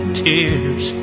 tears